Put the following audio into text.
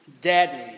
Deadly